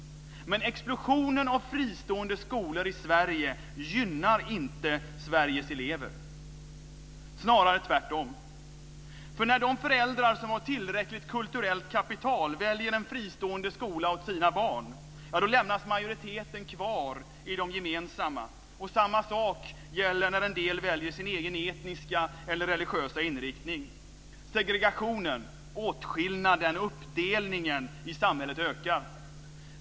Men explosionen av fristående skolor i Sverige gynnar inte Sveriges elever - snarare tvärtom. För när de föräldrar som har tillräckligt kulturellt kapital väljer en fristående skola åt sina barn lämnas majoriteten kvar i de gemensamma. Samma sak gäller när en del väljer sin egen etniska eller religiösa inriktning. Segregationen - åtskillnaden, uppdelningen - i samhället ökar.